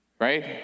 Right